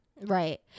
Right